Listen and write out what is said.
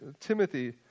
Timothy